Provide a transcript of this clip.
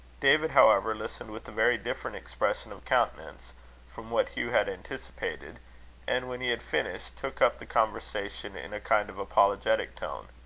david, however, listened with a very different expression of countenance from what hugh had anticipated and, when he had finished, took up the conversation in a kind of apologetic tone.